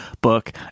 book